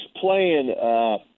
playing –